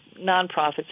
nonprofits